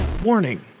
Warning